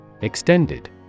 Extended